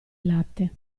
latte